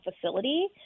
facility